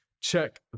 Check